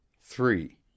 three